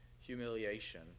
humiliation